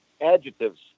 adjectives